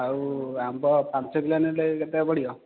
ଆଉ ଆମ୍ବ ପାଞ୍ଚ କିଲୋ ନେଲେ କେତେ ପଡ଼ିବ